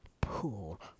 pool